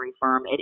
firm